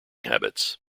habits